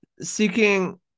Seeking